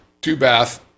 two-bath